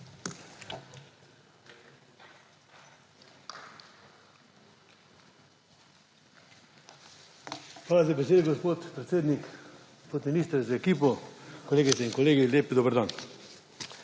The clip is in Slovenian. Hvala za besedo, gospod predsednik. Gospod minister z ekipo, kolegice in kolegi, lep dober dan!